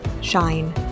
shine